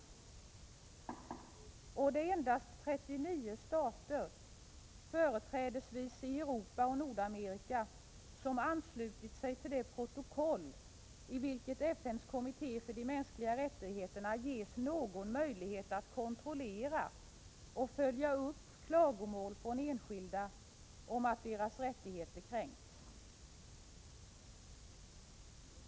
Dessutom är det endast 39 stater, i företrädesvis Europa och Nordamerika, som anslutit sig till det protokoll i vilket FN:s kommitté för de mänskliga rättigheterna ges någon möjlighet att kontrollera och följa upp klagomål från enskilda om att deras rättigheter kränkts.